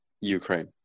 Ukraine